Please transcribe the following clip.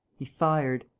he fired.